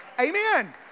Amen